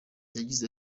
yagize